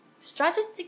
strategic